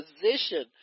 position